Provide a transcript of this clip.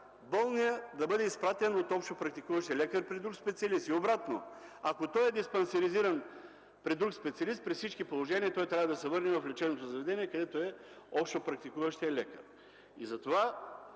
болният да бъде изпратен от общопрактикуващия лекар при друг специалист. И обратно – ако той е диспансеризиран при друг специалист, при всички положения трябва да се върне в лечебното заведение, където е общопрактикуващият лекар. Затова